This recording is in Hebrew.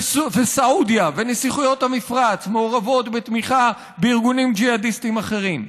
וסעודיה ונסיכות המפרץ מעורבות בתמיכה בארגונים ג'יהאדיסטיים אחרים.